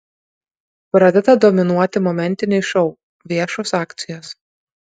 pradeda dominuoti momentiniai šou viešos akcijos